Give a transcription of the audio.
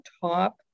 top